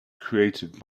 created